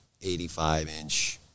85-inch